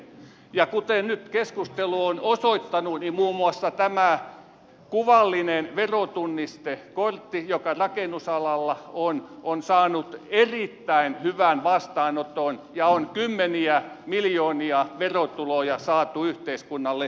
kuten nyt keskustelu on osoittanut niin muun muassa tämä kuvallinen verotunnistekortti joka rakennusalalla on on saanut erittäin hyvän vastaanoton ja on kymmeniä miljoonia verotuloja saatu yhteiskunnalle